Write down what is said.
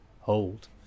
hold